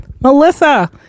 Melissa